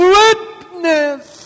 witness